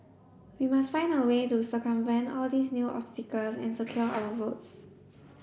we must find a way to circumvent all these new obstacles and secure our votes